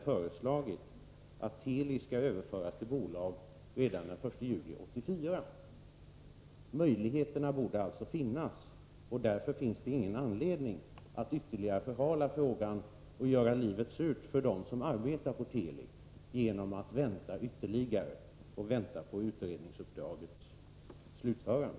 föreslagit att Teli skall överföras till bolag redan den 1 juli 1984. Möjligheterna borde alltså föreligga. Därför finns det ingen anledning att ytterligare förhala frågan och göra livet surt för dem som arbetar på Teli genom att vänta på utredningsuppdragets slutförande.